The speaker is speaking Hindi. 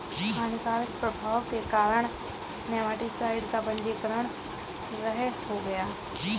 हानिकारक प्रभाव के कारण नेमाटीसाइड का पंजीकरण रद्द हो गया